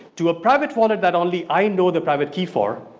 to a private wallet that only i know the private key for,